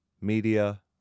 Media